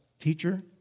teacher